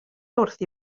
wrthi